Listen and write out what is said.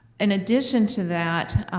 in addition to that,